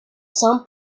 some